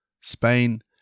Spain